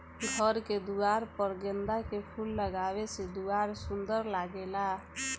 घर के दुआर पर गेंदा के फूल लगावे से दुआर सुंदर लागेला